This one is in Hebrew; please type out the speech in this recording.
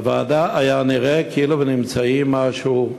בוועדה היה נראה כאילו נמצאים במשהו,